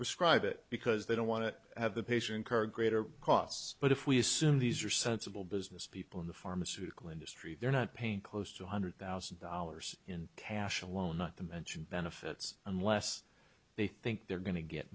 prescribe it because they don't want to have the patient care a greater cost but if we assume these are sensible business people in the pharmaceutical industry they're not paying close to one hundred thousand dollars in cash alone not to mention benefits unless they think they're going to get